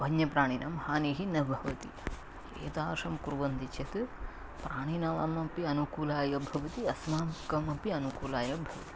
वन्यप्राणिनां हानिः न भवति एतादृशं कुर्वन्ति चेत् प्राणिनाम् अपि अनुकूलाय भवति अस्माकमपि अनुकूलाय भवति